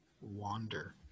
Wander